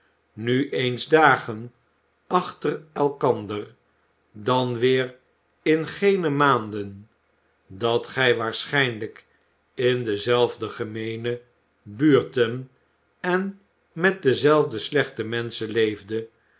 nu eens dagen achter el ander dan weer in geene maanden dat gij waarschijnlijk in dezelfde gemeene buurten en met dezelfde slechte menschen leefdet